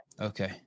Okay